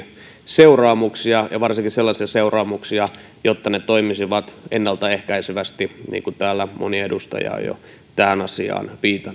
seuraamuksia ja varsinkin sellaisia seuraamuksia jotta ne toimisivat ennalta ehkäisevästi niin kuin täällä moni edustaja on jo tähän asiaan viitannut